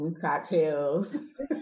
cocktails